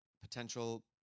potential